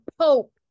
Pope